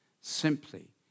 simply